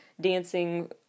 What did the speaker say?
dancing